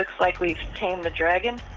looks like we've tamed the dragon.